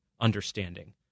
understanding